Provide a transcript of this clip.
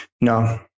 No